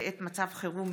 אורלי פרומן ואיציק שמולי,